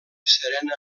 serena